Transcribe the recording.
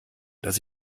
dass